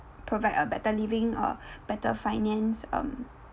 provide a better living or better finance um